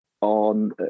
on